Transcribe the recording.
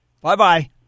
Bye-bye